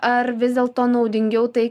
ar vis dėlto naudingiau tai